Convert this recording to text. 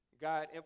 God